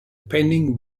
pending